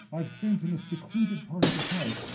i've spent in a secluded part of the house,